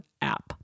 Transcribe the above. app